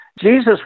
Jesus